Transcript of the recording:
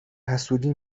حسودی